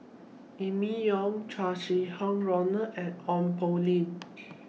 Emma Yong Chow Sau Hai Roland and Ong Poh Lim